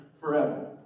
forever